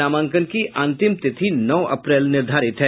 नामांकन की अंतिम तिथि नौ अप्रैल निर्धारित है